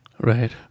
Right